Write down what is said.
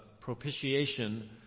propitiation